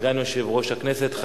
סגן יושב-ראש הכנסת,